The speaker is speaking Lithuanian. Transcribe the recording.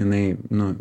jinai nu